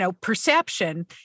perception